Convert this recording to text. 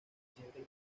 siente